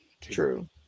True